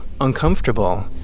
uncomfortable